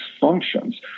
functions